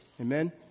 Amen